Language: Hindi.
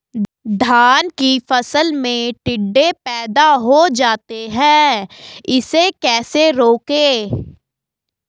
धान की फसल में टिड्डे पैदा हो जाते हैं इसे कैसे रोकें?